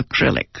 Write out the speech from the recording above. acrylic